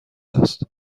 است